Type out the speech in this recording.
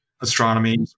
astronomy